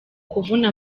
kuvuna